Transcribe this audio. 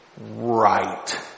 right